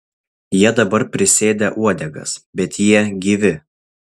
jie dabar prisėdę uodegas bet jie gyvi